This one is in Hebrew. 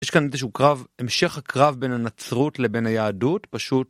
יש כאן איזשהו קרב, המשך הקרב בין הנצרות לבין היהדות פשוט.